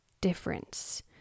difference